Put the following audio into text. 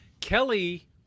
Kelly –